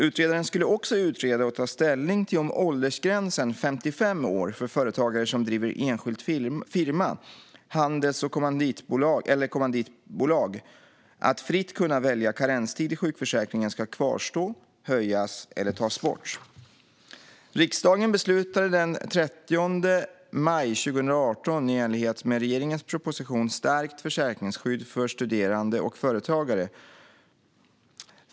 Utredaren skulle också utreda och ta ställning till om åldersgränsen 55 år för företagare som driver enskild firma, handels eller kommanditbolag att fritt kunna välja karenstid i sjukförsäkringen ska kvarstå, höjas eller tas bort. Riksdagen beslutade den 30 maj 2018 i enlighet med regeringens proposition Stärkt försäkringsskydd för studerande och företagare .